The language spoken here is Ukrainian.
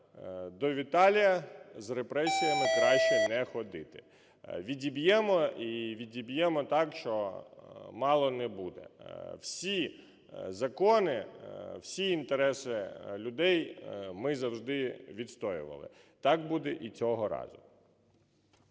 до Віталія з репресіями краще не ходити. Відіб'ємо. І відіб'ємо так, що мало не буде. Всі закони, всі інтереси людей ми завжди відстоювали. Так буде і цього разу.